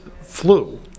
flu